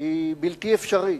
היא בלתי אפשרית.